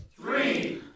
three